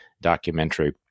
documentary